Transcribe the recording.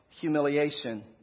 humiliation